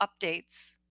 updates